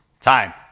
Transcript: Time